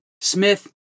Smith